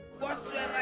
Whatsoever